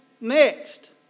next